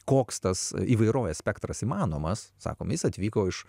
koks tas įvairovės spektras įmanomas sakom jis atvyko iš